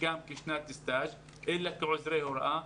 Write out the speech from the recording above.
כאילו הם בשנת התמחות אלא כעוזרי הוראה.